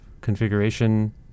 configuration